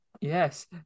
Yes